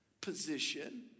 position